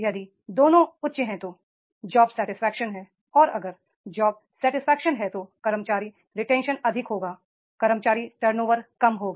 यदि दोनों उच्च हैं तो जॉब सेटेसफेक्शन है और अगर जॉब सेटेसफेक्शन है तो कर्मचारी रिटेंशन अधिक होगा कर्मचारी टर्नओवर कम होगा